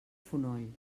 fonoll